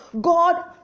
God